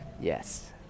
Yes